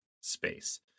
space